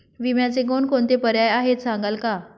विम्याचे कोणकोणते पर्याय आहेत सांगाल का?